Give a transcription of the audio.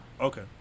Okay